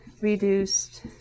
reduced